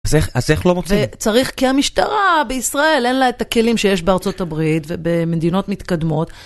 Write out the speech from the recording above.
אז איך לא מוצאים? כי המשטרה בישראל אין לה את הכלים שיש בארצות הברית ובמדינות מתקדמות.